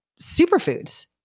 superfoods